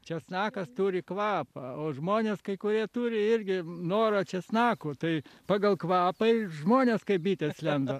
česnakas turi kvapą o žmonės kai kurie turi irgi norą česnakų tai pagal kvapą žmonės kaip bitės lenda